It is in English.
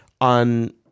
on